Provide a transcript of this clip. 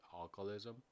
alcoholism